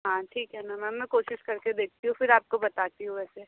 हाँ ठीक है ना मैम मैं कोशिश करके देखती हूँ फिर आपको बताती हूँ वैसे